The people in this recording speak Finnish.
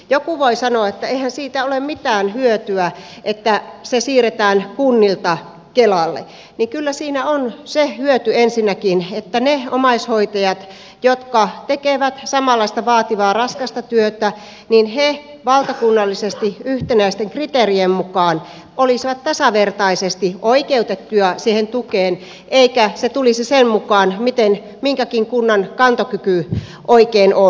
joku voi sanoa että eihän siitä ole mitään hyötyä että se siirretään kunnilta kelalle mutta kyllä siinä on se hyöty ensinnäkin että omaishoitajat jotka tekevät samanlaista vaativaa raskasta työtä valtakunnallisesti yhtenäisten kriteerien mukaan olisivat tasavertaisesti oikeutettuja siihen tukeen eikä se tulisi sen mukaan millainen minkäkin kunnan kantokyky oikein on